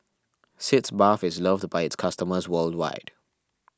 Sitz Bath is loved by its customers worldwide